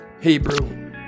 Hebrew